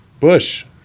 Bush